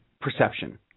perception